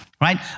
Right